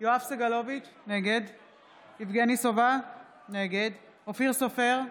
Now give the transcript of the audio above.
יואב סגלוביץ' נגד יבגני סובה, נגד אופיר סופר,